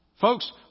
Folks